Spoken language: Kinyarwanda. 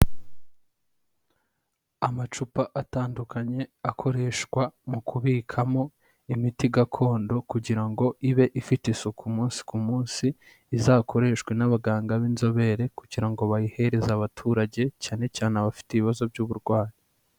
Amacupa atandukanye akoreshwa mu kubikamo imiti gakondo, kugira ngo ibe ifite isuku umunsi ku munsi, izakoreshwe n'abaganga b'inzobere, kugira ngo bayoheze abaturage, cyane cyane abafite ibibazo by'uburwayi.